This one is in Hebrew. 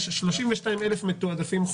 יש 32,000 מתועדפים חו"ל.